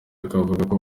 akavuga